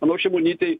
manau šimonytei